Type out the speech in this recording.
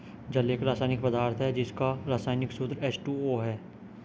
जल एक रसायनिक पदार्थ है जिसका रसायनिक सूत्र एच.टू.ओ है